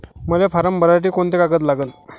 मले फारम भरासाठी कोंते कागद लागन?